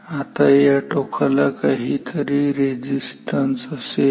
आता या टोकाला काही रेझिस्टन्स असेल